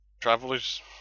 Travelers